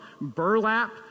burlap